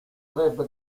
club